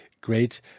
great